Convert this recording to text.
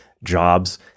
jobs